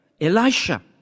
Elisha